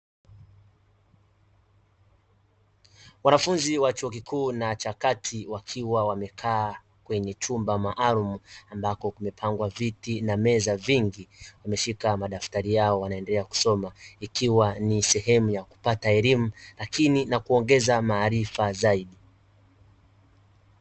Wanafunzi wa chuo kikuu na cha kati, wakiwa wamekaa kwenye chumba maalumu; ambako kumepangwa viti na meza vingi, wameshika madaftari yao wanaendelea kusoma, ikiwa ni sehemu ya kupata elimu lakini na kuongeza maarifa zaidi.